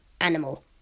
animal